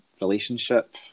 relationship